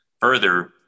Further